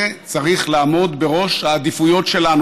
זה צריך לעמוד בראש העדיפויות שלנו,